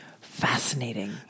Fascinating